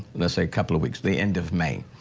miss a couple of weeks the end of may.